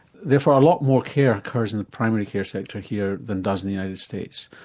therefore a lot more care occurs in the primary care sector here than does in the united states.